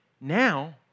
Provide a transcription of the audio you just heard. Now